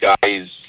guys